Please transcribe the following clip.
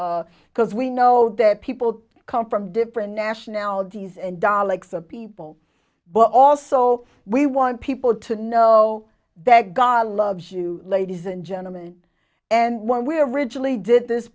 because we know that people come from different nationalities and daleks of people but also we want people to know that god loves you ladies and gentlemen and when we originally did this